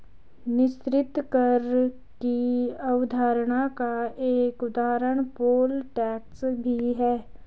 निश्चित कर की अवधारणा का एक उदाहरण पोल टैक्स भी है